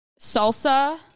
salsa